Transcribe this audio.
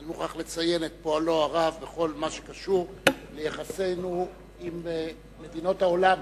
שאני מוכרח לציין את פועלו הרב בכל מה שקשור ליחסינו עם מדינות העולם,